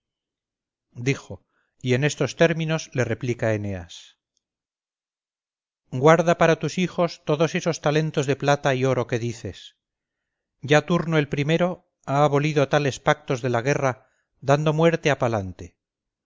dijo y en estos términos le replica eneas guarda para tus hijos todos esos talentos de plata y oro que dices ya turno el primero ha abolido tales pactos de la guerra dando muerte a palante